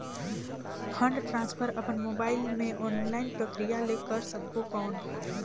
Fund transfer अपन mobile मे online प्रक्रिया ले कर सकबो कौन?